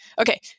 Okay